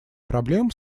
проблем